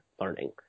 learning